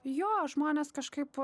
jo žmonės kažkaip